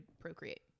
procreate